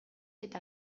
eta